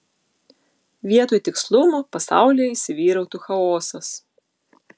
vietoj tikslumo pasaulyje įsivyrautų chaosas